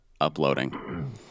uploading